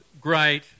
great